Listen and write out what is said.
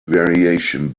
variation